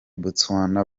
botswana